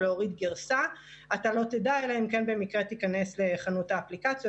אתה לא תדע אלא אם במקרה תיכנס לחנות האפליקציות